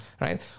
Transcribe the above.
right